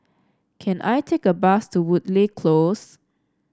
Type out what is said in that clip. can I take a bus to Woodleigh Close